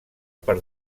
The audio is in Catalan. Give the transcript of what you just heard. per